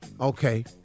Okay